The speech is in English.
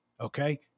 Okay